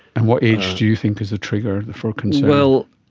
and what age do you think is a trigger for concern? well,